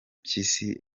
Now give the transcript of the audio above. mpyisi